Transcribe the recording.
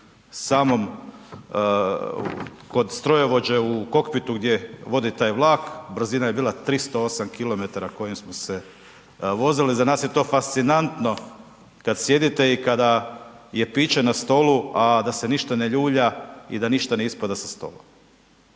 samom, kod strojovođe u kokpitu gdje vodi taj vlak, brzina je bila 308 km kojom smo se vozili. Za nas je to fascinantno, kad sjedite i kada je piće na stolu, a da se ništa ne ljulja i da ništa ne ispada sa stola.